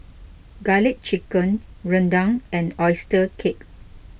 Garlic Chicken Rendang and Oyster Cake